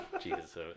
Jesus